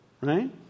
right